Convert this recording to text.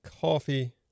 Coffee